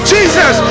Jesus